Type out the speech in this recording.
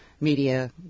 Media